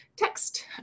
text